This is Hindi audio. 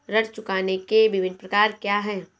ऋण चुकाने के विभिन्न प्रकार क्या हैं?